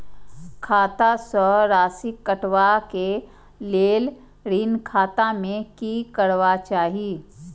खाता स राशि कटवा कै लेल ऋण खाता में की करवा चाही?